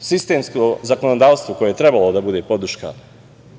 sistemsko zakonodavstvo koje je trebalo da bude podrška